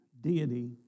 deity